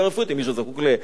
אם מישהו זקוק לטיפול,